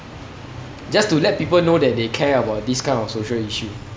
just to let people know that they care about these kind of social issue